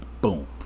boom